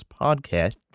podcast